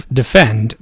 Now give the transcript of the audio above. defend